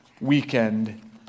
weekend